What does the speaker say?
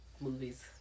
movies